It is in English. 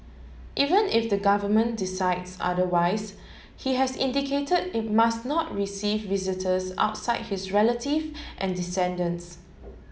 even if the government decides otherwise he has indicated it must not receive visitors outside his relative and descendants